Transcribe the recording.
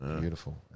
beautiful